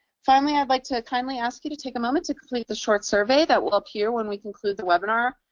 finally, i'd like to kindly ask you to take a moment to complete the short survey that will appear when we conclude the webinar.